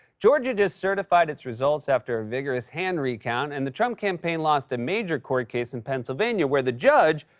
georgia just certified its results after a vigorous hand recount, and the trump campaign lost a major court case in pennsylvania where the judge,